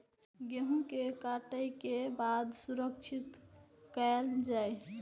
गेहूँ के काटे के बाद सुरक्षित कायल जाय?